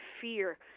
fear